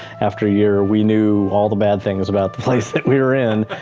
after a year we knew all the bad things about the place that we were in,